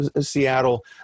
seattle